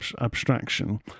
abstraction